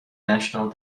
national